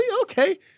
Okay